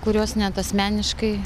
kuriuos net asmeniškai